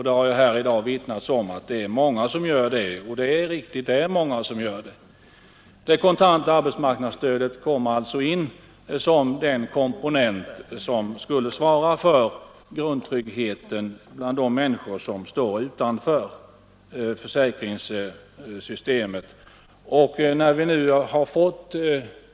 Det har ju här i dag med all rätt vittnats om att det är många som står utanför. Det kontanta arbetsmarknadsstödet kommer alltså in som den komponent som skulle svara för något av grundtrygghet för de människor som står utanför försäkringssystemet.